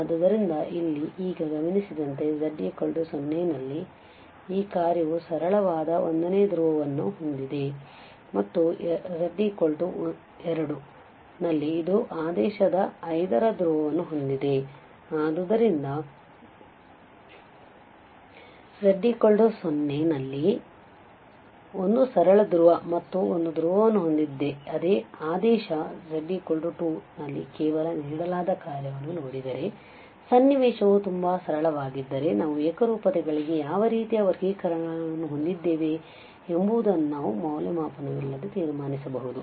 ಆದ್ದರಿಂದ ಇಲ್ಲಿ ಈಗ ಗಮನಿಸಿದಂತೆ z 0 ನಲ್ಲಿ ಈ ಕಾರ್ಯವು ಸರಳವಾದ 1 ನೇ ಧ್ರುವವನ್ನು ಹೊಂದಿದೆ ಮತ್ತು z 2 ನಲ್ಲಿ ಇದು ಆದೇಶದ 5 ರ ಧ್ರುವವನ್ನು ಹೊಂದಿದೆ ಆದ್ದರಿಂದ z 0 ನಲ್ಲಿ ಒಂದು ಸರಳ ಧ್ರುವ ಮತ್ತು ಒಂದು ಧ್ರುವವನ್ನು ಹೊಂದಿದೆ ಆದೇಶ z 2 ರಲ್ಲಿ ಕೇವಲ ನೀಡಲಾದ ಕಾರ್ಯವನ್ನು ನೋಡಿದರೆ ಸನ್ನಿವೇಶವು ತುಂಬಾ ಸರಳವಾಗಿದ್ದರೆ ನಾವು ಏಕರೂಪತೆಗಳಿಗೆ ಯಾವ ರೀತಿಯ ವರ್ಗೀಕರಣವನ್ನು ಹೊಂದಿದ್ದೇವೆ ಎಂಬುದನ್ನು ನಾವು ಮೌಲ್ಯಮಾಪನವಿಲ್ಲದೆ ತೀರ್ಮಾನಿಸಬಹುದು